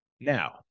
Now